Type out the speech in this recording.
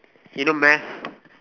k you know math